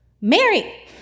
Mary